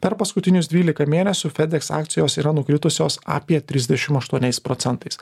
per paskutinius dvylika mėnesių fedex akcijos yra nukritusios apie trisdešim aštuoniais procentais